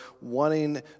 wanting